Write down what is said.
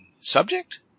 subject